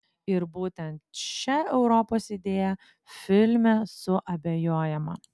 ir būtent šia europos idėja filme suabejojama